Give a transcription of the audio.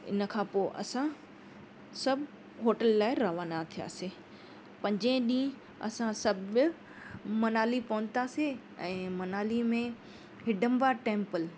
इनखां पोइ असां सभु होटल लाइ रवाना थियासीं पंजे ॾींहुं असां सभु मनाली पहुतासीं ऐं मनाली में हिडिंबा टैंपल